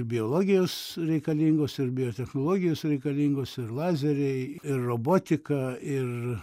biologijos reikalingos ir biotechnologijos reikalingos ir lazeriai ir robotika ir